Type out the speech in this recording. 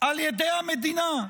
על ידי המדינה.